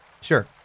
Sure